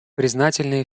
признательны